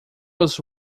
was